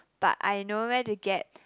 but I know where to get